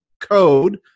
code